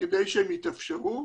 כדי שהם יתאפשרו.